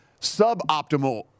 suboptimal